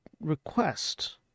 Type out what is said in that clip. request